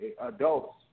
adults